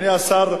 אדוני השר,